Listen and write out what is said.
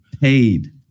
paid